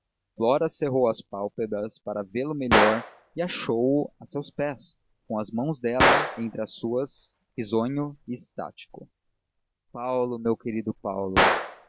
flora cerrou as pálpebras para vê-lo melhor e achou-o a seus pés com as mãos dela entre as suas risonho e extático paulo meu querido paulo